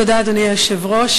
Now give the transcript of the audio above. אדוני היושב-ראש,